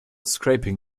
scraping